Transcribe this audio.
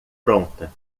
pronta